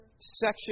section